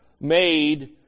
made